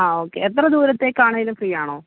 ആ ഓക്കെ എത്ര ദൂരത്തേക്കാണേലും ഫ്രീ ആണോ